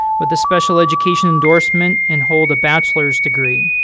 with the special education endorsement and hold a bachelors degree.